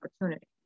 opportunity